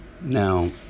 Now